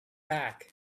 back